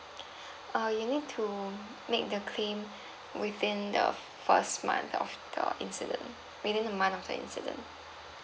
uh you to make the claim within the first month of the incident within the month of the incident